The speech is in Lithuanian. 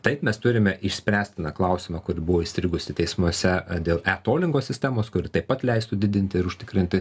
taip mes turime išspręstiną klausimą kuri buvo įstrigusi teismuose ar dėl e tolingo sistemos kuri taip pat leistų didinti ir užtikrinti